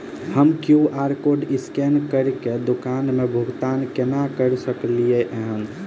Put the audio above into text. हम QR code scan करके दुकान मे भुगतान केना करऽ सकलिये एहन?